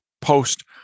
post